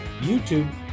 YouTube